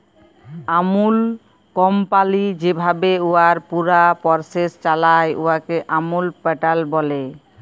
আমূল company যেভাবে উয়ার পুরা পরসেস চালায়, উয়াকে আমূল প্যাটার্ল ব্যলে